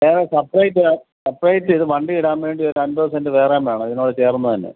വേറെ separate separate ഇത് വണ്ടിയിടാൻ വേണ്ടി ഒരു അന്പത് സെൻറ് വേറെയും വേണം ഇതിനോട് ചേർന്നുതന്നെ